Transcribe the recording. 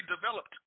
developed